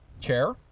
chair